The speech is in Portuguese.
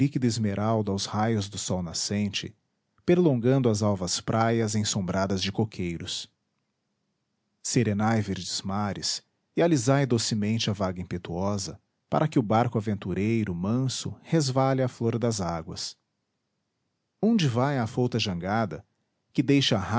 esmeralda aos raios do sol nascente perlongando as alvas praias ensombradas de coqueiros serenai verdes mares e alisai docemente a vaga impetuosa para que o barco aventureiro manso resvale à flor das águas onde vai a afouta jangada que deixa